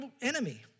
enemy